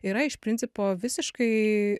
yra iš principo visiškai